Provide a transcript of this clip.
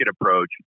approach